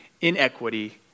Inequity